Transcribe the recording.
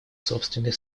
собственной